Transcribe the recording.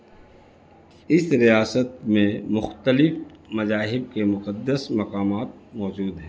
اس ریاست میں مختلف مذاہب کے مقدس مقامات موجود ہیں